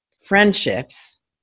friendships